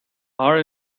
our